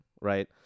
right